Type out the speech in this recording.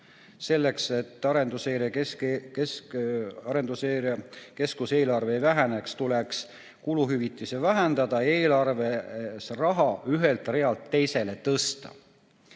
Selleks et Arenguseire Keskuse eelarve ei väheneks, tuleks kuluhüvitisi vähendada, eelarve raha ühelt realt teisele tõsta.